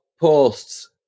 posts